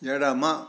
ఎడమ